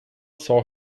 saw